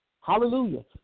Hallelujah